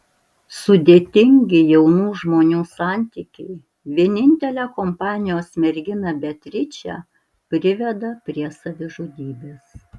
sudėtingi jaunų žmonių santykiai vienintelę kompanijos merginą beatričę priveda prie savižudybės